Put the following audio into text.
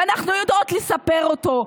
ואנחנו יודעות לספר אותו,